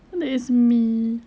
that is so me